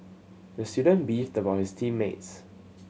the student beefed about his team mates